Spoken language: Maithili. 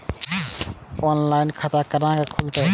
ऑनलाइन खाता केना खुलते?